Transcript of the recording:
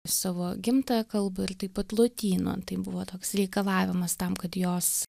savo gimtąją kalbą ir taip pat lotynų tai buvo toks reikalavimas tam kad jos